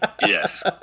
yes